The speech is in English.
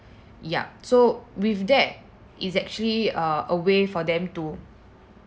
yup so with that it's actually uh a way for them to